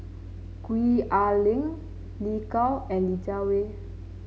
Gwee Ah Leng Lin Gao and Li Jiawei